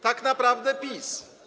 Tak naprawdę PiS.